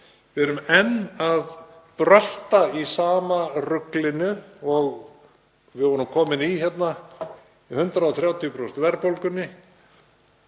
Við erum enn að brölta í sama ruglinu og við vorum komin í í 130% verðbólgunni.